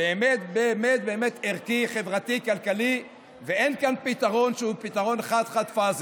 באמת באמת באמת ערכי-חברתי-כלכלי ואין כאן פתרון שהוא חד-חד-פאזי,